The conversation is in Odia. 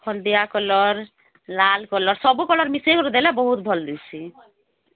ହଳଦିଆ କଲର୍ ଲାଲ କଲର୍ ସବୁ ପ୍ରକାର ମିଶାଇ କରି ଦେଲେ ବହୁତ ଭଲ ଦିଶୁଛି